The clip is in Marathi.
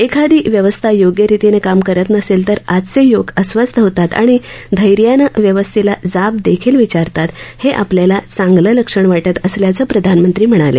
एखादी व्यवस्था योग्य रीतीनं काम करत नसेल तर आजचे यवक अस्वस्थ होतात आणि धैर्यानं व्यवस्थेला जाब देखील विचारतात हे आपल्याला चांगलं लक्षण वाटत असल्याचं प्रधानमंत्री म्हणाले